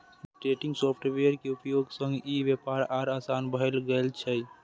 day trading software के उपयोग सं ई व्यापार आर आसान भए गेल छै